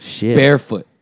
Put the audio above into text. barefoot